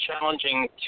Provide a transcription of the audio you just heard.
challenging